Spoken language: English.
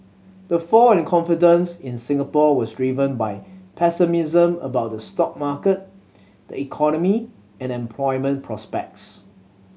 the fall in confidence in Singapore was driven by pessimism about the stock market the economy and employment prospects